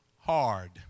hard